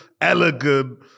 elegant